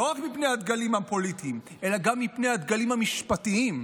לא רק מפני הדגלים הפוליטיים אלא גם מפני דגלים משפטיים",